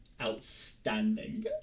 outstanding